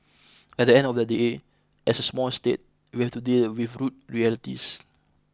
at the end of the day as a small state we have to deal with rude realities